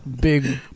big